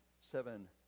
seven